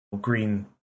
green